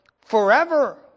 forever